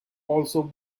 also